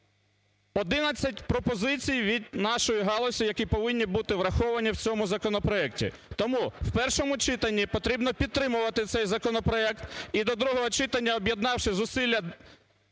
11 пропозицій від нашої галузі, які повинні бути враховані в цьому законопроекті. Тому в першому читанні потрібно підтримувати цей законопроект і до другого читання, об'єднавши зусилля